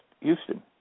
Houston